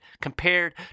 compared